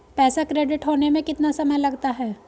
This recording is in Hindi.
पैसा क्रेडिट होने में कितना समय लगता है?